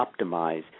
optimize